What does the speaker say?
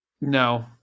No